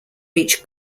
reached